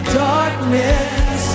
darkness